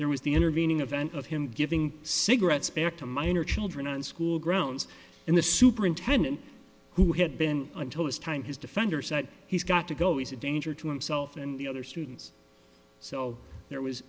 there was the intervening event of him giving cigarettes back to minor children on school grounds in the superintendent who had been until this time his defender said he's got to go he's a danger to himself and the other students so there was